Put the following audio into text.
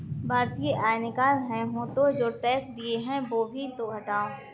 वार्षिक आय निकाल रहे हो तो जो टैक्स दिए हैं वो भी तो घटाओ